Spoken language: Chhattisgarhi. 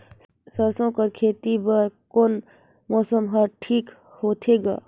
सरसो कर खेती बर कोन मौसम हर ठीक होथे ग?